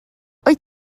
wyt